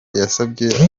yasabye